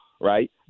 right